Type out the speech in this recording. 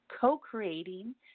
co-creating